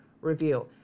review